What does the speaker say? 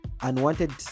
unwanted